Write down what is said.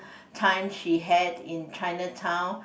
time she had in Chinatown